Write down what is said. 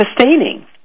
sustaining